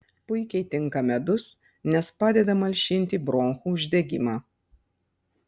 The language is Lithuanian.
puikiai tinka medus nes padeda malšinti bronchų uždegimą